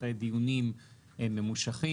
אחרי דיונים ממושכים,